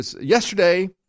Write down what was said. yesterday